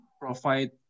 provide